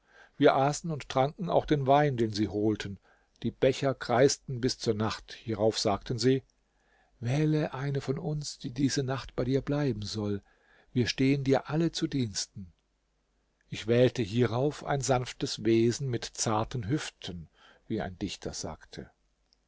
wir aßen und tranken auch den wein den sie holten die becher kreisten bis zur nacht hierauf sagten sie wähle eine von uns die diese nacht bei dir bleiben soll wir stehen dir alle zu diensten ich wählte hierauf ein sanftes wesen mit zarten hüften wie ein dichter sagte